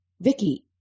Vicky